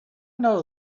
know